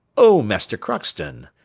oh! master crockston,